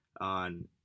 on